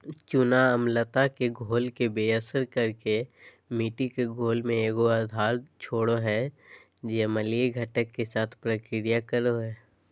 चूना अम्लता के घोल के बेअसर कर के मिट्टी के घोल में एगो आधार छोड़ हइ जे अम्लीय घटक, के साथ प्रतिक्रिया करो हइ